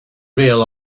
real